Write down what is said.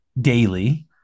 daily